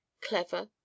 clever